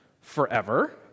forever